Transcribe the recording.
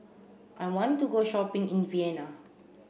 I want to go shopping in Vienna